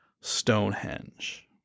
Stonehenge